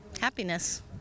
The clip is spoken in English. happiness